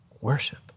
Worship